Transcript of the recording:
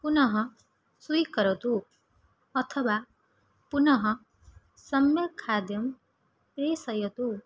पुनः स्वीकरोतु अथवा पुनः सम्यक् खाद्यं प्रेषयतु